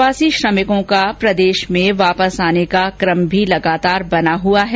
प्रवासी श्रमिकों का प्रदेश में वापस आने का क्रम भी लगातार बना हुआ है